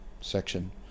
section